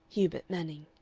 hubert manning.